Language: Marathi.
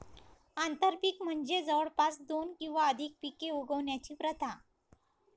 आंतरपीक म्हणजे जवळपास दोन किंवा अधिक पिके उगवण्याची प्रथा